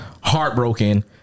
heartbroken